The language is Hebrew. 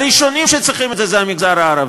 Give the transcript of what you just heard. הראשונים שצריכים את זה הם המגזר הערבי.